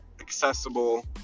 accessible